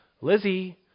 Lizzie